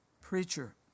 preacher